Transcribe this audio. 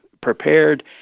prepared